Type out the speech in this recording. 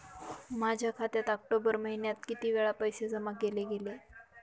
माझ्या खात्यात ऑक्टोबर महिन्यात किती वेळा पैसे जमा केले गेले?